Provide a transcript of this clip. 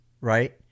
Right